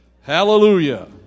Hallelujah